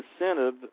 incentive